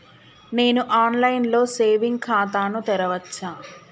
నేను online లో saving ఖాతా ను తెరవచ్చా?